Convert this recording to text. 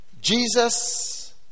Jesus